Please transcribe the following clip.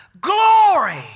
Glory